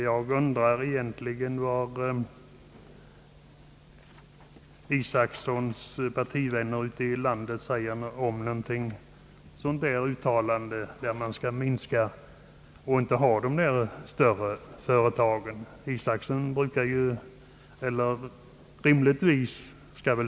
Jag undrar egentligen vad herr Isacsons partivänner ute i landet säger om ett sådant uttalande om att förekomsten av de större företagen skall minska.